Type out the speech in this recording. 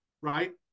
right